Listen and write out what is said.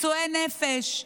פצועי נפש,